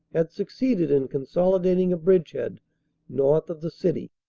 had succeeded in consolidating a bridge head north of the city.